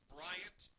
Bryant